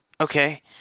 Okay